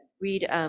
read